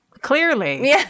Clearly